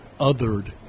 othered